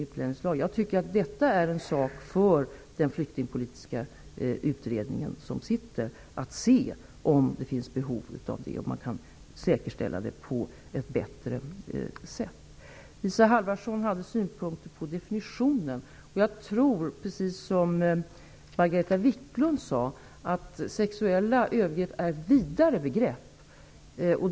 Jag tycker att det är en sak för Flyktingpolitiska utredningen att se om det finns behov av att skriva in detta i utlänningslagen, om man på detta sätt bättre kan säkerställa det. Isa Halvarsson hade synpunkter på definitionen. Jag tror, precis som Margareta Viklund sade, att sexuella övergrepp är ett vidare begrepp.